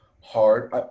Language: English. hard